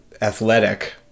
athletic